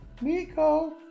Miko